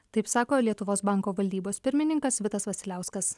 taip sako lietuvos banko valdybos pirmininkas vitas vasiliauskas